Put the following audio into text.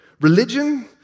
religion